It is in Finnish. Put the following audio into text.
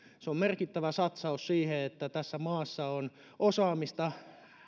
se on merkittävä satsaus siihen että tässä maassa on osaamista